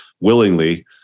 willingly